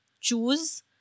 choose